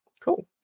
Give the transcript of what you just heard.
cool